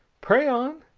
pray on.